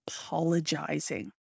apologizing